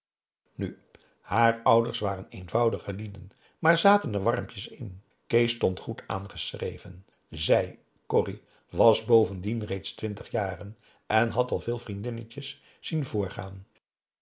nu haar ouders waren eenvoudige lieden maar zaten er warmpjes in kees stond goed aangeschreven zij corrie was bovendien reeds twintig jaren en had al veel vriendinnetjes zien